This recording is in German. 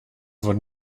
wurden